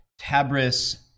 Tabris